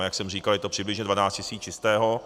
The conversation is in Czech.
A jak jsem říkal, je to přibližně 12 tisíc čistého.